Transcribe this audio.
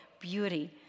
beauty